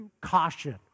caution